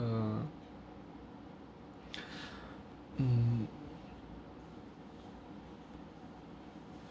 uh um